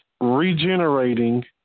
regenerating